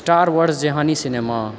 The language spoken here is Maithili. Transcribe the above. स्टार वार्स जेहानी सिनेमा